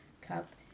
cup